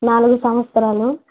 నాలుగు సంవత్సరాలు